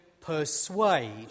persuade